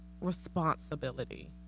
responsibility